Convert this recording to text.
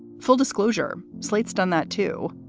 full disclosure. slate's done that, too.